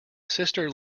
sister